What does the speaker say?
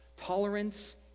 Tolerance